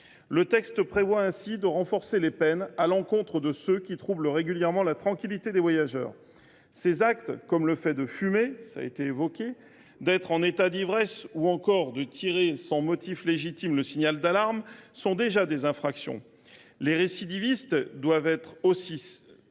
Le texte renforce les peines à l’encontre de ceux qui troublent régulièrement la tranquillité des voyageurs. Ces actes, comme le fait de fumer, d’être en état d’ivresse ou encore de tirer sans motif légitime le signal d’alarme, constituent déjà des infractions. Les récidivistes doivent être plus